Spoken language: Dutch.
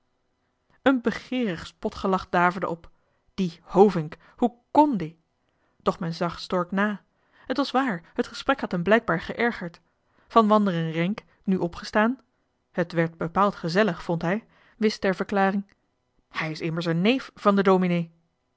een begeerig spotgelach daverde op die hovink hoe kon die doch men zag stork na t was waar het gesprek had hem blijkbaar geërgerd van wanderen renck nu opgestaan het werd bepaeld gezellig vond hij wist ter verklaring hij is immers een neef van de dominee